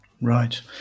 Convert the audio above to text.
Right